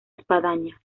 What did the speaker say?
espadaña